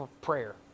prayer